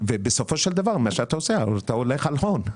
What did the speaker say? ובסופו של דבר מה שאתה עושה, אתה הולך על הון.